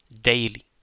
Daily